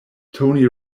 tony